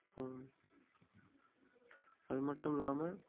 அப்புறம் அதுமட்டும் இல்லாமல்